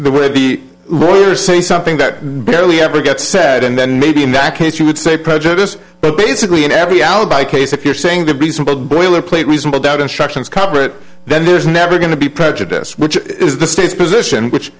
be lawyer say something that barely ever gets said and then maybe in that case you would say prejudice but basically in every alibi case if you're saying to be simple boilerplate reasonable doubt instructions cover it then there's never going to be prejudice which is the state's position which